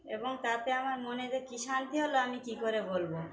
এবং তাতে আমার মনে যে কী শান্তি হল আমি কী করে বলব